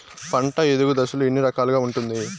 పంట ఎదుగు దశలు ఎన్ని రకాలుగా ఉంటుంది?